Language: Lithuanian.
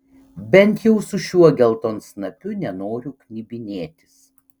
bent jau su šiuo geltonsnapiu nenoriu knibinėtis